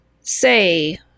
say